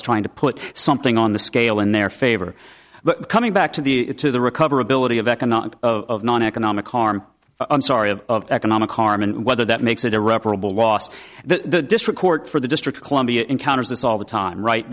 as trying to put something on the scale in their favor but coming back to the to the recoverability of economics of non economic harm i'm sorry of economic harm and whether that makes it irreparable loss the district court for the district of columbia encounters this all the time right